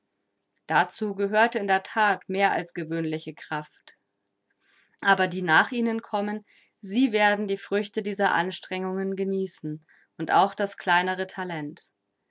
dazu gehörte in der that mehr als gewöhnliche kraft aber die nach ihnen kommen sie werden die früchte dieser anstrengungen genießen und auch das kleinere talent